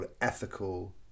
ethical